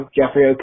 Jeffrey